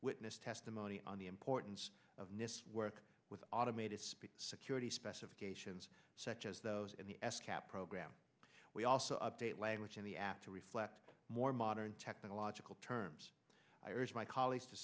witness testimony on the importance of mis work with automated security specifications such as those in the s cap program we also update language in the app to reflect more modern technological terms i urge my colleagues to